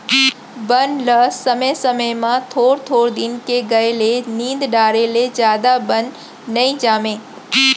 बन ल समे समे म थोर थोर दिन के गए ले निंद डारे ले जादा बन नइ जामय